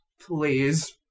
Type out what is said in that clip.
Please